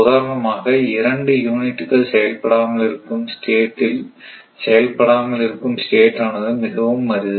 உதாரணமாக 2 யூனிட்டுகள் செயல்படாமல் இருக்கும் ஸ்டேட் ஆனது மிகவும் அரிது